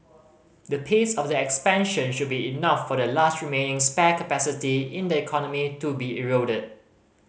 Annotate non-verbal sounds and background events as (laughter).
the pace of the expansion should be enough for the last remaining (unintelligible) capacity in the economy to be eroded